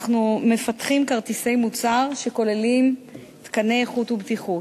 אנחנו מפתחים כרטיסי מוצר שכוללים תקני איכות ובטיחות,